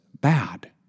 bad